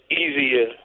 easier